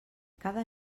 cada